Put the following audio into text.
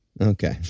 Okay